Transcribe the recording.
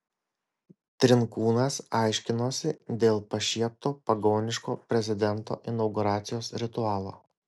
trinkūnas aiškinosi dėl pašiepto pagoniško prezidento inauguracijos ritualo